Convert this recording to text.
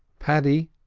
paddy?